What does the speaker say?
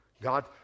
God